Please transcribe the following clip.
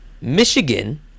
Michigan